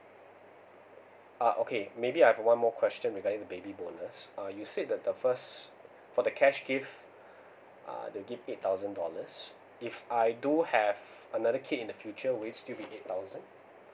ah okay maybe I have one more question regarding the baby bonus uh you said that the first for the cash gift uh they'll give eight thousand dollars if I do have another kid in the future will it still be eight thousand